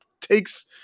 takes